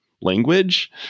language